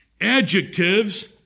Adjectives